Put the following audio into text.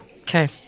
Okay